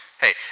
Hey